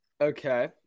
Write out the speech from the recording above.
Okay